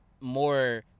more